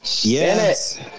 Yes